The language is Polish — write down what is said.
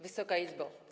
Wysoka Izbo!